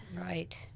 Right